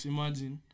Imagine